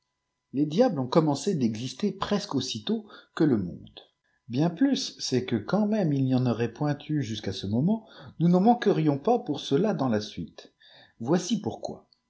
les diables ont commencé d'exister presque aussitôt que le monde bien plus c'est que quand métiafe il n'y en aurait point eu jusqu'à ce moment nous h cn manquerions pas pour cela dans ik biîte voici pourquoi